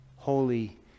Holy